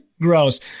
Gross